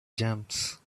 jams